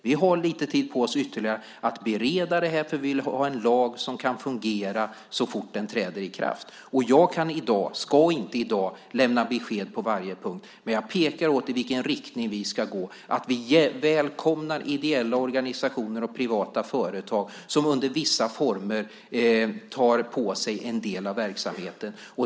Vi har ytterligare lite tid på oss att bereda den, för vi vill ha en lag som kan fungera så snart den träder i kraft. Jag varken kan eller ska i dag lämna besked på varje punkt, men jag pekar på i vilken riktning vi ska gå. Vi välkomnar ideella organisationer och privata företag som under vissa former tar på sig en del av verksamheten.